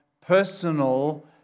personal